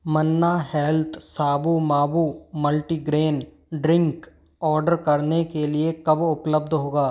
मन्ना health साबु माबू multigrain drink order करने के लिए कब उपलब्ध होगा